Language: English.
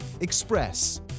Express